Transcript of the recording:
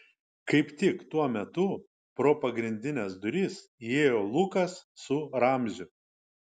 kaip tik tuo metu pro pagrindines duris įėjo lukas su ramziu